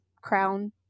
crown